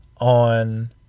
on